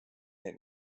neid